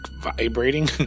vibrating